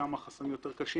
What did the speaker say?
ששם החסמים יותר קשים,